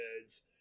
kids